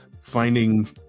finding